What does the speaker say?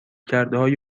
کردههای